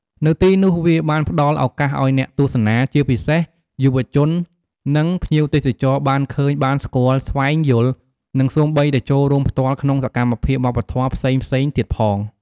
នៅទីនោះវាបានផ្តល់ឱកាសឲ្យអ្នកទស្សនា ជាពិសេសយុវជន និងភ្ញៀវទេសចរណ៍ បានឃើញ បានស្គាល់ ស្វែងយល់ និងសូម្បីតែចូលរួមផ្ទាល់ក្នុងសកម្មភាពវប្បធម៌ផ្សេងៗទៀតផង។